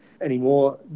anymore